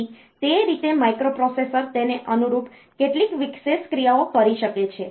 તેથી તે રીતે માઇક્રોપ્રોસેસર તેને અનુરૂપ કેટલીક વિશેષ ક્રિયાઓ કરી શકે છે